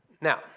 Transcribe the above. Now